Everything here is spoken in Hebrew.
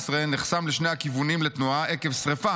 נחסם לשני הכיוונים לתנועה עקב שרפה